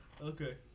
Okay